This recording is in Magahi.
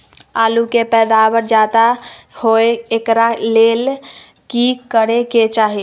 आलु के पैदावार ज्यादा होय एकरा ले की करे के चाही?